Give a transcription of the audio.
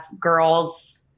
girls